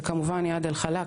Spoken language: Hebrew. וכמובן איאד אל-חלאק,